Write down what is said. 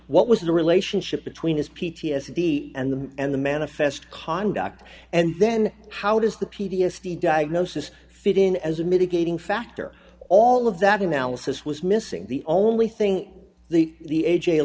what was the relationship between his p t s d and the and the manifest conduct and then how does the p t s d diagnosis fit in as a mitigating factor all of that analysis was missing the only thing the the a